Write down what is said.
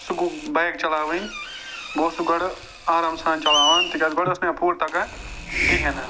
سُہ گوٚو بایِک چَلاوٕنۍ بہٕ اوسُس گۄڈٕ آرام سان چَلاوان تِکیٛازِ گۄڈٕ ٲسۍ نہٕ مےٚ پوٗرٕ تَگان کِہیٖنٛۍ نہٕ